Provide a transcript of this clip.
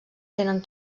tenen